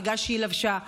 בגלל שהיא לבשה גופייה.